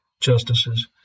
justices